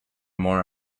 more